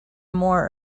more